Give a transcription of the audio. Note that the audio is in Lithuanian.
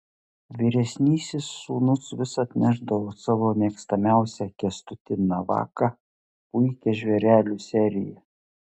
vyresnysis sūnus vis atnešdavo savo mėgstamiausią kęstutį navaką puikią žvėrelių seriją